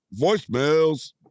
Voicemails